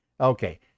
Okay